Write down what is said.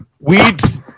Weeds